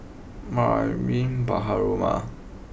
Mariam Baharom